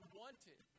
wanted